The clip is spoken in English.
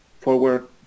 forward